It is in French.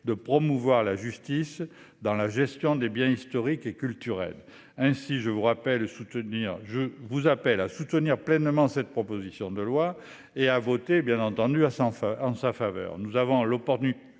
de promouvoir la justice dans la gestion des biens historiques et culturels. Ainsi, je vous appelle à soutenir pleinement cette proposition de loi et à voter en sa faveur. Nous avons l'occasion